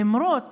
למרות